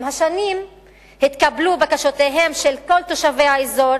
עם השנים התקבלו בקשותיהם של כל תושבי האזור